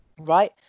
Right